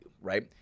right